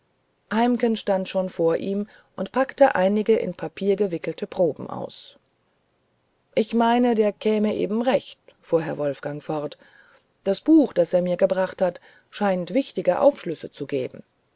heimken stand schon vor ihm und packte einige in papier gewickelte proben aus ich meine er käme eben recht fuhr herr wolfgang fort das buch das er mir gebracht hat scheint wichtige aufschlüsse zu geben